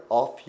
off